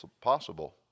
possible